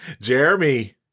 jeremy